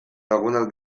lagunak